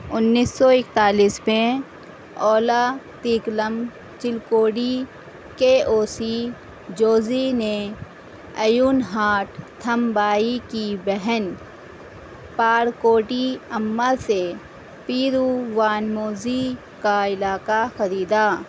انیس سو اکتالیس میں اولا تیکلم چلکوڈی کے او سی جوزی نے ایونہاٹ تھمبائی کی بہن پاڑکوٹی اما سے پیرو وانموزی کا علاقہ خریدا